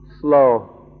slow